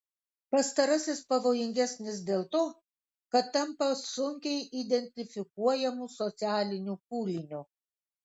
pastarasis pavojingesnis dėl to kad tampa sunkiai identifikuojamu socialiniu pūliniu